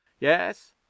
yes